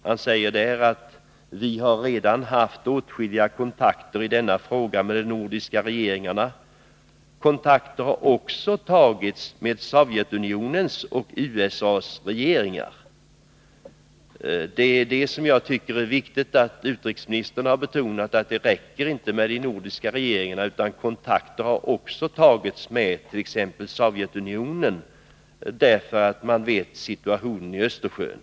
Han sade där: ”Vi har redan haft åtskilliga kontakter i denna fråga med de nordiska regeringarna. Kontakter har också tagits med Sovjetunionens och USA:s regeringar.” Jag tycker att det är viktigt att utrikesministern har betonat att det inte räcker med de nordiska regeringarna, utan kontakter har också tagits med t.ex. Sovjetunionen, eftersom man känner till situationen i Östersjön.